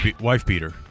Wife-beater